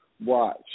watch